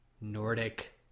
Nordic